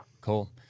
Cool